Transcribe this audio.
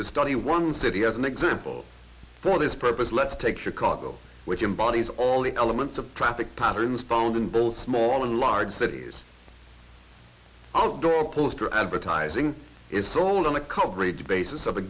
to study one city as an example for this purpose let's take chicago which embodies all the elements of traffic patterns found in both small and large cities outdoor poster advertising it's all in the coverage basis of a